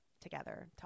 together